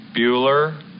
Bueller